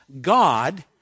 God